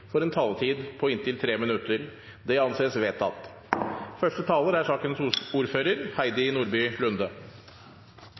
får en taletid på inntil 3 minutter. – Det anses vedtatt.